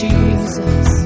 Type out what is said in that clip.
Jesus